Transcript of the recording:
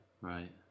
Right